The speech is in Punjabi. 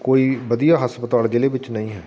ਕੋਈ ਵਧੀਆ ਹਸਪਤਾਲ ਜ਼ਿਲ੍ਹੇ ਵਿੱਚ ਨਹੀਂ ਹੈ